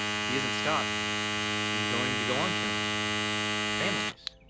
if he isn't stopped he's going to go on killing families.